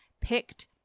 picked